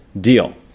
deal